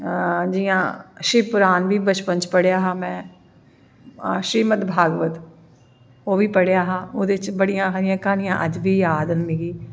जि यां शिवपुराण बी बचपन च पढ़ेआ हा में श्रीमदभागवत ओह् बी पढ़ेआ हा ओह्दे बिच्च बड़ियां सारियां क्हानियां ्ज्ज बी याद न मिगी